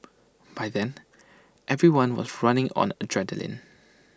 by then everyone was running on adrenaline